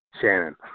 Shannon